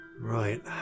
Right